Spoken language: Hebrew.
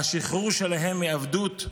השחרור שלהם מעבדות,